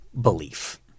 belief